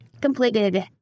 completed